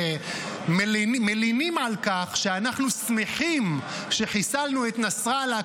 שמלינים על כך שאנחנו שמחים שחיסלנו את נסראללה,